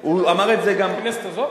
בכנסת הזאת?